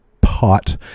pot